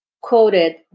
quoted